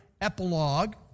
epilogue